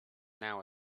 now